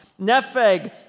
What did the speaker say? Nefeg